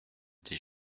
des